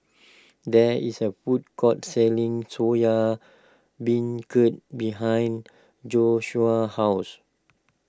there is a food court selling Soya Beancurd behind Joshuah's house